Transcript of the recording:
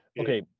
okay